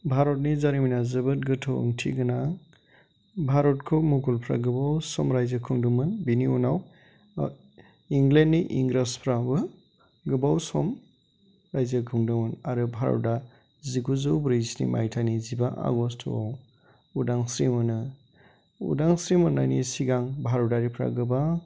भारतनि जारिमिना जोबोद गोथौ ओंथि गोनां भारतखौ मुगालफ्रा गोबाव सम रायजो खुंदोंमोन बिनि उनाव इंलेन्डनि इंराजफ्राबो गोबाव सम रायजो खुंदोंमोन आरो भारता जिगुजौ ब्रैजिस्नि मायथाइनि जिबा आगष्टआव उदांस्रि मोनो उदांस्रि मोननायनि सिगां भारतारिफ्रा गोबां